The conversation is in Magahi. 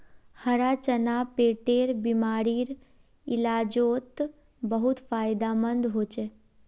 हरा चना पेटेर बिमारीर इलाजोत बहुत फायदामंद होचे